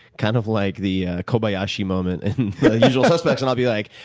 kind of like the kobayashi moment in usual suspects, and i'll be like,